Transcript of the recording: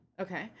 Okay